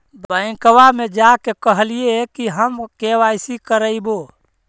बैंकवा मे जा के कहलिऐ कि हम के.वाई.सी करईवो?